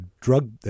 drug